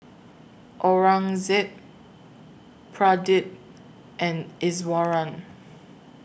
Aurangzeb Pradip and Iswaran